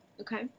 Okay